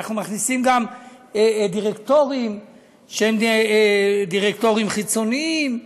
אנחנו מכניסים גם דירקטורים שהם דירקטורים חיצוניים.